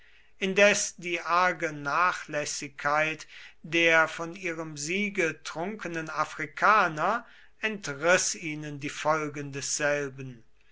indes die arge nachlässigkeit der von ihrem siege trunkenen afrikaner entriß ihnen die folgen desselben